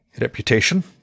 reputation